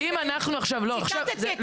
לא, אם אנחנו עכשיו --- ציטטתי את עאידה.